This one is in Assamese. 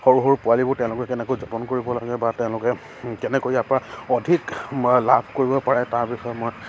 সৰু সৰু পোৱালিবোৰ তেওঁলোকে কেনেকৈ যতন কৰিব লাগে বা তেওঁলোকে কেনেকৈ ইয়াৰ পৰা অধিক লাভ কৰিব পাৰে তাৰ বিষয়ে মই